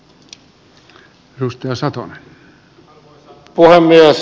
arvoisa puhemies